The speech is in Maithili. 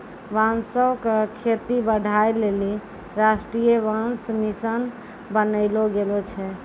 बांसो क खेती बढ़ाय लेलि राष्ट्रीय बांस मिशन बनैलो गेलो छै